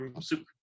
super